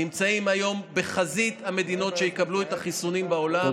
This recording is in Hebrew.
נמצאת היום בחזית המדינות שיקבלו את החיסונים בעולם,